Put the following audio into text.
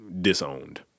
disowned